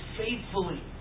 faithfully